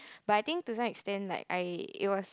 but I think to some extent like I it was